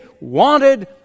wanted